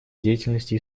деятельности